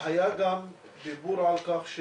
היה גם דיבור על כך,